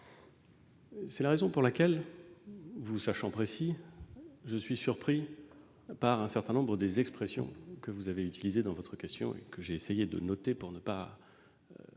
C'est la raison pour laquelle, vous sachant précis, je suis surpris par un certain nombre des expressions que vous avez utilisées dans votre intervention. J'ai du reste essayé de les noter pour ne pas